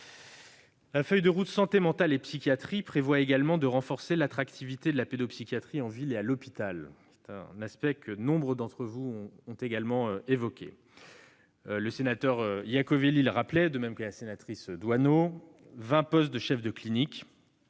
La feuille de route Santé mentale et psychiatrie prévoit également de renforcer l'attractivité de la pédopsychiatrie en ville et à l'hôpital. C'est un aspect que nombre d'entre vous ont également évoqué. Ainsi que M. Iacovelli et Mme Doineau l'ont rappelé, 20 postes de chefs de